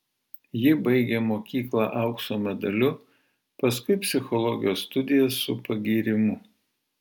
ji baigė mokyklą aukso medaliu paskui psichologijos studijas su pagyrimu